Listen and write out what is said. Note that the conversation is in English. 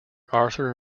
arthur